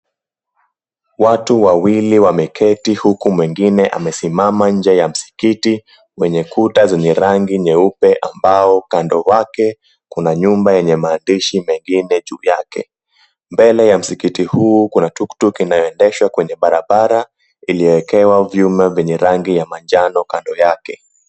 Watu wawili wameketi huku mwingine amesimama nje ya msikiti wenye kuta zenye rangi nyeupe ambao kando wake kuna nyumba yenye maandishi mengine juu yake. Mbele ya msikiti huu kuna tuktuk inayoendeshwa kwenye barabara iliyowekewa vyuma vyenye rangi ya manjano kando yake.